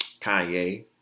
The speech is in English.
Kanye